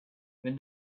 when